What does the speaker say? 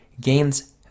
gains